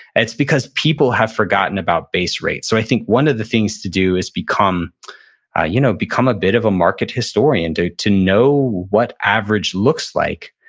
it's because people have forgotten about base rate so i think one of the things to do is become ah you know become a bit of a market historian to know what average looks like,